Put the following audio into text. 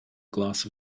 glass